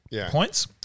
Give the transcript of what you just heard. points